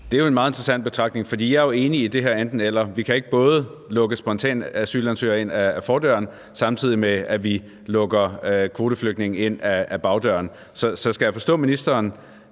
Det er en meget interessant betragtning, for jeg er jo enig i det her enten-eller. Vi kan ikke både lukke spontane asylansøgere ind ad fordøren, samtidig med at vi lukker kvoteflygtninge ind ad bagdøren. Skal jeg forstå ministeren